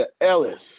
Ellis